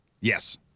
Yes